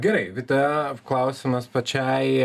gerai vita klausimas pačiai